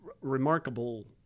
remarkable